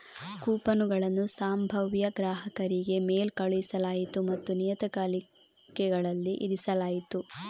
ಕೂಪನುಗಳನ್ನು ಸಂಭಾವ್ಯ ಗ್ರಾಹಕರಿಗೆ ಮೇಲ್ ಕಳುಹಿಸಲಾಯಿತು ಮತ್ತು ನಿಯತಕಾಲಿಕೆಗಳಲ್ಲಿ ಇರಿಸಲಾಯಿತು